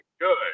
good